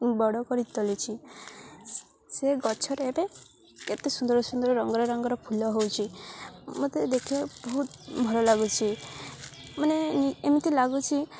ବଡ଼ କରି ତୋଳିଛି ସେ ଗଛରେ ଏବେ ଏତେ ସୁନ୍ଦର ସୁନ୍ଦର ରଙ୍ଗର ରଙ୍ଗର ଫୁଲ ହେଉଛି ମୋତେ ଦେଖିବାକୁ ବହୁତ ଭଲ ଲାଗୁଛି ମାନେ ଏମିତି ଲାଗୁଛି